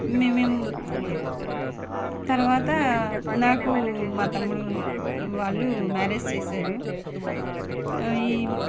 మేము తరువాత నాకు మా తమ్ముడు వాళ్ళు మ్యారేజ్ చేశారు ఈ